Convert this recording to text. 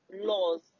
laws